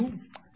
Q 2556